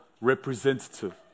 representative